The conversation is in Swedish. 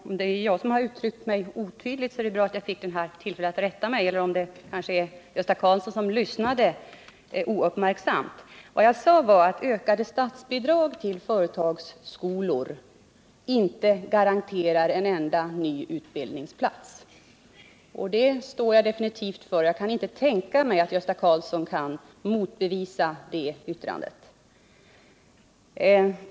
Herr talman! Oavsett om jag uttryckte mig otydligt eller om Gösta Karlsson lyssnade ouppmärksamt är det bra att jag nu får förtydliga mig på den här punkten. Vad jag sade var att ökade statsbidrag till företagsskolor inte garanterar en enda ny utbildningsplats, och det står jag definitivt för. Jag kan inte tänka mig att Gösta Karlsson kan motbevisa det påståendet.